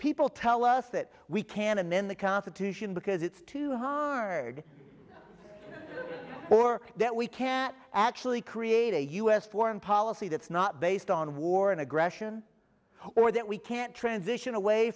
people tell us that we can and then the constitution because it's too hard or that we can actually create a u s foreign policy that's not based on war and aggression or that we can't transition away